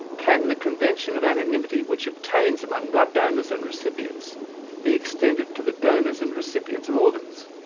can the convention of anonymity which obtains among blood donors and recipients be extended to the donors and recipients of organs?